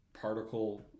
particle